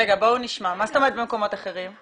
מה זאת אומרת במקומות אחרים?